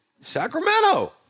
Sacramento